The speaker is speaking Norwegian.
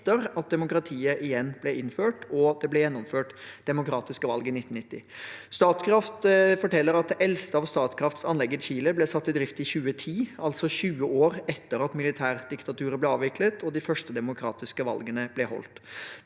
etter at demokratiet igjen ble innført og det ble gjennomført demokratiske valg i 1990. Statkraft forteller at det eldste av Statkrafts anlegg i Chile ble satt i drift i 2010, altså 20 år etter at militærdiktaturet ble avviklet og de første demokratiske valgene ble holdt.